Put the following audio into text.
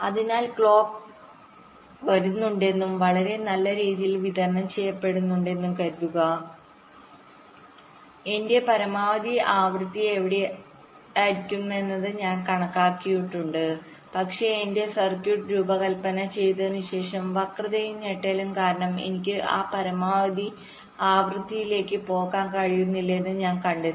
അതിനാൽ ക്ലോക്ക് വരുന്നുണ്ടെന്നും വളരെ നല്ല രീതിയിൽ വിതരണം ചെയ്യപ്പെടുന്നുവെന്നും കരുതുക എന്റെ പരമാവധി ആവൃത്തി എവിടെയായിരിക്കണമെന്ന് ഞാൻ കണക്കാക്കിയിട്ടുണ്ട് പക്ഷേ എന്റെ സർക്യൂട്ട് രൂപകൽപ്പന ചെയ്തതിനുശേഷം വക്രതയും ഞെട്ടലും കാരണം എനിക്ക് ആ പരമാവധി ആവൃത്തിയിലേക്ക് പോകാൻ കഴിയില്ലെന്ന് ഞാൻ കണ്ടെത്തി